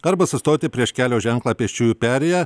arba sustoti prieš kelio ženklą pėsčiųjų perėja